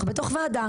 אנחנו בתוך ועדה,